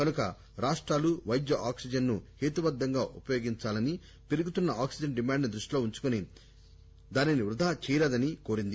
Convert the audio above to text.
కనుక రాష్టాలు వైద్య ఆక్సిజన్ ను హేతుబద్దంగా ఉపయోగించాలని పెరుగుతున్న ఆక్సిజన్ డిమాండ్ ను దృష్టిలో పెట్టుకుని దానిని వృథా చేయరాదని కోరింది